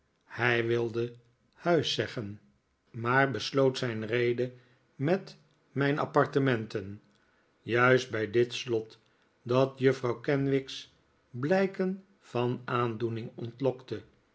hij wilde huis zeggen maar besloot zijn rede met mijn appartementen juist bij dit slot dat juffrouw kenwigs blijken van aandoening ontlokte